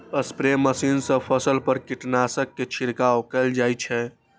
spray machine सं फसल पर कीटनाशक के छिड़काव कैल जाइ छै